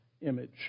image